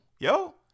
yo